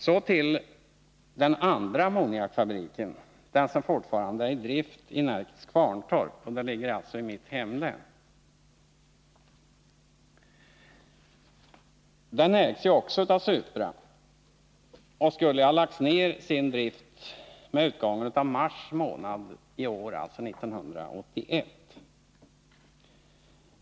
Så till frågan om den andra ammoniakfabriken, den som fortfarande är i drift i Närkes Kvarntorp och alltså ligger i mitt hemlän. Också den ägs ju av Supra och skulle ha lagt ner sin drift vid utgången av mars månad 1981.